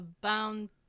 bound